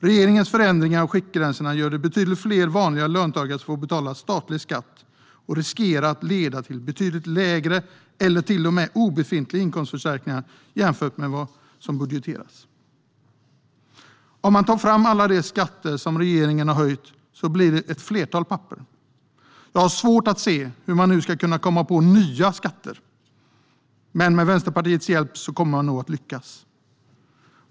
Regeringens förändring av skiktgränserna gör att betydligt fler vanliga löntagare får betala statlig skatt och riskerar att leda till betydligt lägre, eller till och med obefintliga, inkomstförstärkningar jämfört med vad som budgeteras. Om vi tar fram alla de skatter som regeringen har höjt blir det ett flertal papper. Jag har svårt att se hur man nu ska kunna komma på nya skatter, men med Vänsterpartiets hjälp kommer man nog att lyckas.